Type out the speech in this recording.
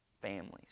families